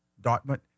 Dartmouth